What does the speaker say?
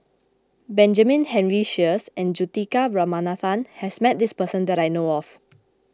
Benjamin Henry Sheares and Juthika Ramanathan has met this person that I know of